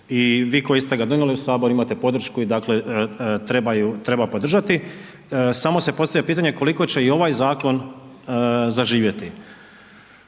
i vi koji ste ga donijeli u Sabor imate podršku i dakle, treba ju podržati. Samo se postavlja pitanje koliko će i ovaj zakon zaživjeti.